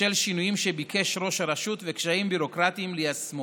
בשל שינויים שביקש ראש הרשות וקשיים ביורוקרטיים ליישמו.